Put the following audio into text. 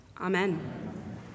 Amen